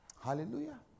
Hallelujah